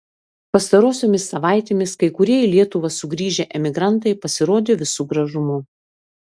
pastarosiomis savaitėmis kai kurie į lietuvą sugrįžę emigrantai pasirodė visu gražumu